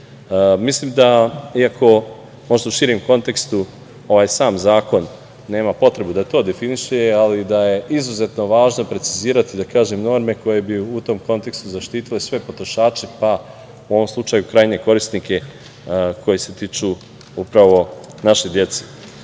da, iako možda u širem kontekstu, ovaj sam zakon nema potrebu da to definiše, ali da je izuzetno važno precizirati norme koje bi u tom kontekstu zaštitile sve potrošače, pa u ovom slučaju krajnje korisnike koji se tiču upravo naše dece. Druga